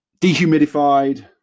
dehumidified